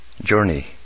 journey